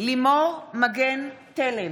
אני לימור מגן תלם,